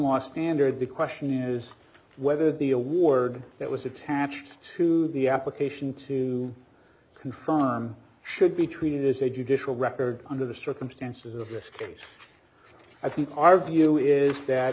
law standard the question is whether the award that was attached to the application to confirm should be treated as a judicial record under the circumstances of this case i think our view is that